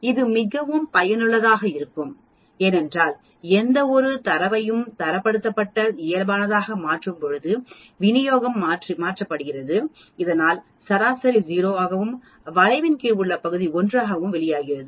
இது மிகவும் பயனுள்ளதாக இருக்கும் ஏனென்றால் எந்தவொரு தரவையும் தரப்படுத்தப்பட்ட இயல்பானதாக மாற்றும்போதுவிநியோகம் மாற்றுகிறோம் இதனால் சராசரி 0 ஆகவும் வளைவின் கீழ் உள்ள பகுதி 1 ஆக வெளிவருகிறது